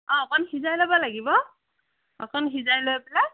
অ' অকণ সিজাই ল'ব লাগিব অকণ সিজাই লৈ পেলাই